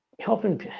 helping